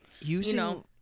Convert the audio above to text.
Using